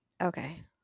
Okay